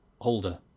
holder